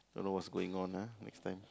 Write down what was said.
don't know what's going on ah next time